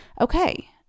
okay